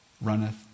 runneth